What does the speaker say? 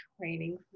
training